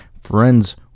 friends